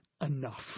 enough